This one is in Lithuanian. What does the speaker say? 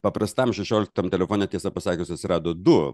paprastam šešioliktam telefone tiesą pasakius atsirado du